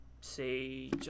say